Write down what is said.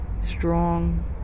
strong